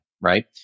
right